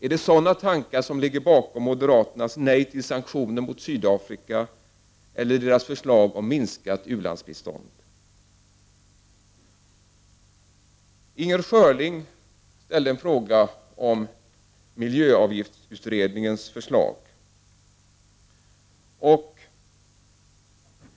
Är det sådana tankar som ligger bakom moderaternas nej till sanktioner mot Sydafrika eller deras förslag om minskat ulandsbistånd? Inger Schörling ställde en fråga om miljöavgiftsutredningens förslag.